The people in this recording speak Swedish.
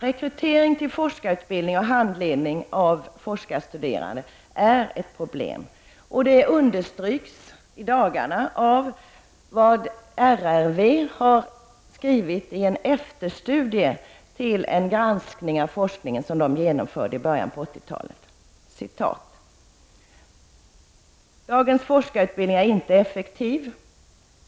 Rekrytering till forskarutbildningen och handledning av forskarstuderande är ett stort problem som i dagarna understryks kraftigt av vad RRV skriver i en efterstudie till en granskning av forskningen som genomfördes i början på 80-talet. Jag vill anföra ett citat ur RRVs rapport: ”Dagens forskarutbildning är inte effektiv.